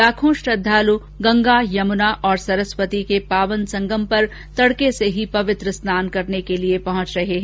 लाखों श्रद्वालु गंगा यमुना और सरस्वती के पावन संगम पर तड़के से ही पवित्र स्नान कर रहे है